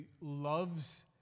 loves